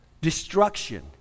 destruction